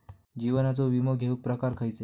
जीवनाचो विमो घेऊक प्रकार खैचे?